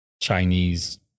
Chinese